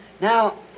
Now